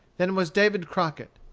than was david crockett.